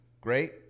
great